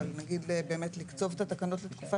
אבל נגיד באמת לקצוב את התקנות לתקופה